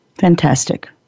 Fantastic